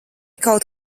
kaut